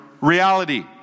reality